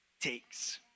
takes